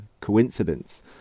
coincidence